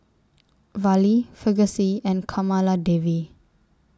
Fali Verghese and Kamaladevi